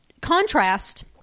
contrast